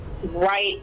right